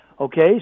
Okay